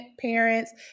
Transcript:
parents